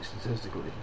statistically